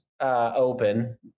open